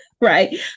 right